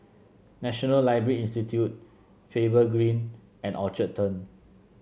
National Library Institute Faber Green and Orchard Turn